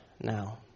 now